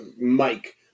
Mike